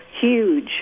huge